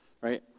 right